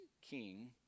king